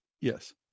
Yes